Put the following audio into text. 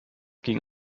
ging